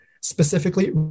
specifically